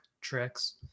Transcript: tricks